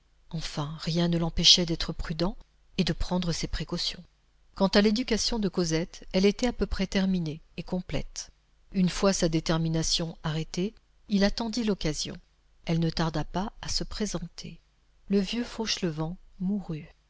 enfin rien ne l'empêchait d'être prudent et de prendre ses précautions quant à l'éducation de cosette elle était à peu près terminée et complète une fois sa détermination arrêtée il attendit l'occasion elle ne tarda pas à se présenter le vieux fauchelevent mourut